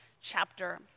chapter